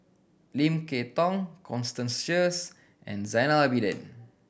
Lim Kay Tong Constance Sheares and Zainal Abidin